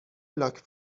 لاک